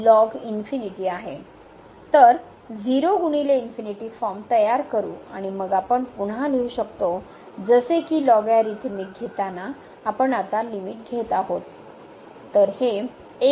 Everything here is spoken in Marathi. तर 0 ×∞ फॉर्म तयार करू आणि मग आपण पुन्हा लिहू शकतो जसे की लॉगरिथमिक घेताना आपण आता लिमिट घेत आहोत